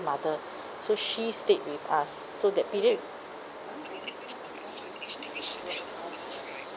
mother so she stayed with us so that period